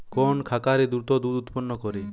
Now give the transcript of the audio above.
কোন খাকারে দ্রুত দুধ উৎপন্ন করে?